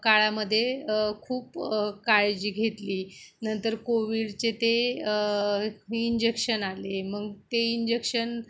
काळामध्ये खूप काळजी घेतली नंतर कोविडचे ते इंजेक्शन आले मग ते इंजेक्शन